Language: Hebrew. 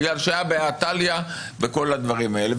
בגלל שהא בהא תליה בכל הדברים האלה.